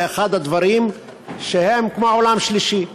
זה אחד הדברים שהם כמו בעולם שלישי.